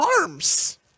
arms